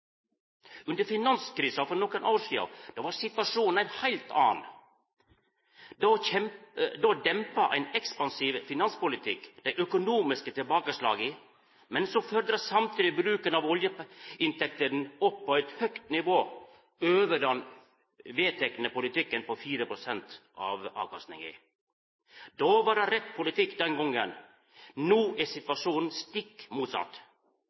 Under finanskrisa for nokre år sidan var situasjonen ein helt annan. Då dempa ein ekspansiv finanspolitikk det økonomiske tilbakeslaget, men førde samtidig bruken av oljeinntektene opp på eit høgt nivå, over den vedtekne politikken om 4 pst. av avkastninga. Det var rett politikk den gongen. No er situasjonen stikk motsett.